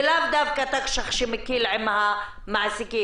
ולאו דווקא תקש"ח שמקל עם המעסיקים.